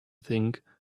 think